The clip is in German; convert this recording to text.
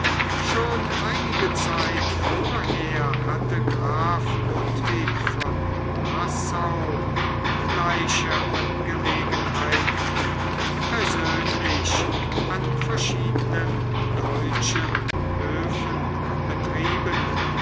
schon einige zeit vorher hatte graf ludwig von nassau gleiche angelegenheiten persönlich an verschiedenen deutschen höfen betrieben